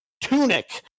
Tunic